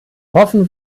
hoffen